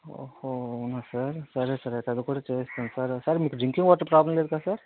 ఓహో అవును సార్ సరే సార్ అది కూడా చేయిస్తాం డ్రింకింగ్ వాటర్ ప్రాబ్లం లేదు కదా సార్